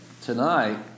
Tonight